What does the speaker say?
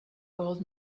old